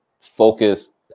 focused